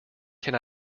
can